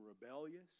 rebellious